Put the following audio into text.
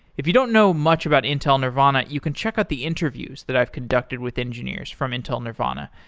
if you don't know much about intel nervana, you can check out the interviews that i've conducted with engineers from intel nervana,